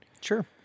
Sure